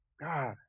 God